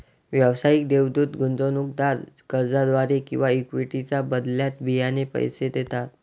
व्यावसायिक देवदूत गुंतवणूकदार कर्जाद्वारे किंवा इक्विटीच्या बदल्यात बियाणे पैसे देतात